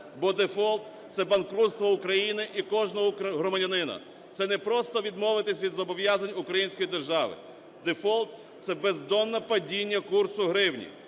бо дефолт – це банкрутство України і кожного громадянина. Це не просто відмовитись від зобов'язань української держави, дефолт – це бездонне падіння курсу гривні,